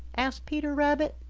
asked peter rabbit.